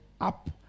up